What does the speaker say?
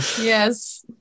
yes